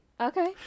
Okay